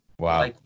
Wow